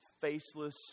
faceless